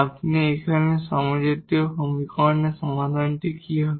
আপনি এখানে হোমোজিনিয়াস সমীকরণের সমাধান কি হবে